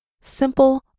Simple